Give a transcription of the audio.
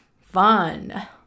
fun